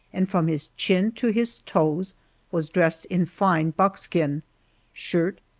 and from his chin to his toes was dressed in fine buckskin shirt,